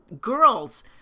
girls